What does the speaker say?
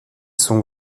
sont